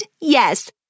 Yes